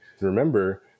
Remember